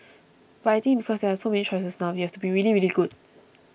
but I think because there are so many choices now you have to be really really good